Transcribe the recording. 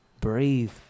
breathe